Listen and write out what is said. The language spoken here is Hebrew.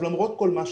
- למרות כל מה שאמרתי,